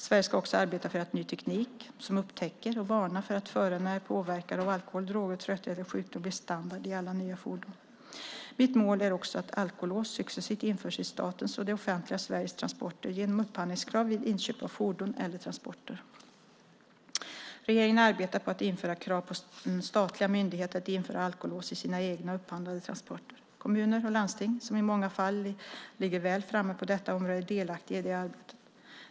Sverige ska också arbeta för att ny teknik som upptäcker och varnar för om föraren är påverkad av alkohol, droger, trötthet eller sjukdom blir standard i alla nya fordon. Mitt mål är också att alkolås successivt införs i statens och det offentliga Sveriges transporter genom upphandlingskrav vid inköp av fordon eller transporter. Regeringen arbetar på att införa krav på statliga myndigheter att införa alkolås i sina egna och upphandlade transporter. Kommuner och landsting, som i många fall ligger väl framme på detta område, är delaktiga i det arbetet.